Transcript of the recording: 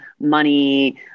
money